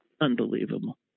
Unbelievable